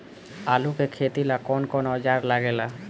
आलू के खेती ला कौन कौन औजार लागे ला?